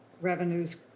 revenues